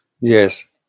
Yes